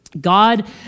God